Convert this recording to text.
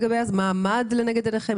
מה עמד לנגד עיניכם?